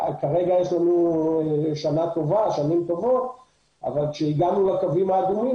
כרגע יש לנו שנים טובות אבל ל כשהגענו לקווים האדומים,